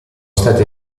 stati